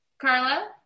Carla